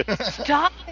Stop